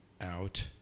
Out